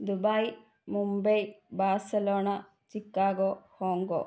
Dubai Mumbai Barcelona Chicago Hong Kong